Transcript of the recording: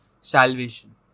salvation